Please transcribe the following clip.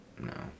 No